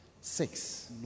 six